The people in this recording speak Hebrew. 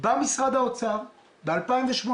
בא משרד האוצר ב-2018,